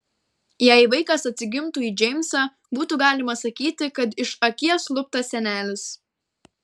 jei vaikas atsigimtų į džeimsą būtų galima sakyti kad iš akies luptas senelis